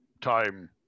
time